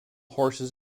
horses